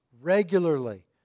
regularly